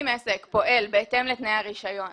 אם עסק פועל בהתאם לתנאי הרישיון